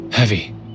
heavy